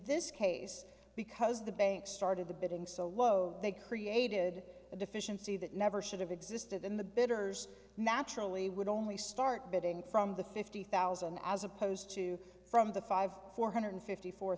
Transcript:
this case because the bank started the bidding so low they created a deficiency that never should have existed in the bidders naturally would only start bidding from the fifty thousand as opposed to from the five four hundred fifty four